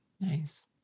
Nice